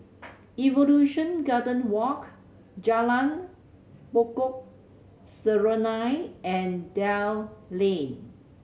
Evolution Garden Walk Jalan Pokok Serunai and Dell Lane